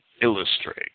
illustrate